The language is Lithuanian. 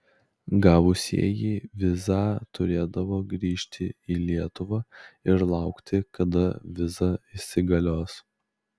gavusieji vizą turėdavo grįžti į lietuvą ir laukti kada viza įsigalios